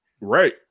Right